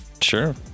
Sure